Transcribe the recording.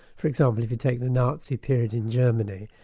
for example if you take the nazi period in germany,